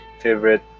favorite